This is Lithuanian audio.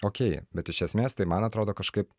okey bet iš esmės tai man atrodo kažkaip